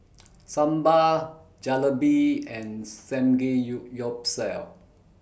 Sambar Jalebi and Samgeyuyopsal